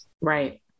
Right